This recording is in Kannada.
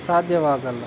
ಸಾಧ್ಯವಾಗಲ್ಲ